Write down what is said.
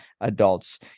adults